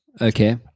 Okay